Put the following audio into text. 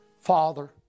Father